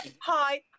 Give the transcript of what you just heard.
Hi